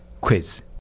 quiz